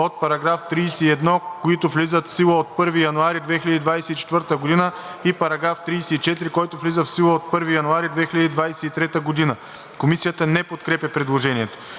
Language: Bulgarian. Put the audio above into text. от § 31, които влизат в сила от 1 януари 2024 г. и § 34, който влиза в сила от 1 януари 2023 г.“ Комисията не подкрепя предложението.